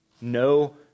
No